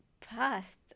past